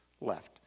left